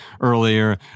earlier